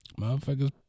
Motherfuckers